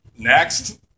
Next